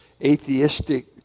atheistic